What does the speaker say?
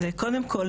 קודם כל,